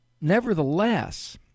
Nevertheless